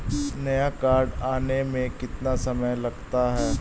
नया कार्ड आने में कितना समय लगता है?